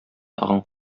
тагын